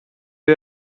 you